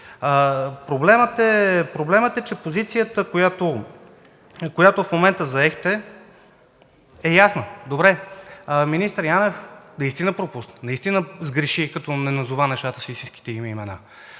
Проблемът е, че позицията, която в момента заехте, е ясна. Добре, министър Янев наистина пропусна, наистина сгреши, като не назова нещата с истинските им